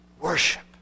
Worship